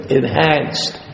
enhanced